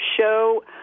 show